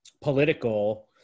political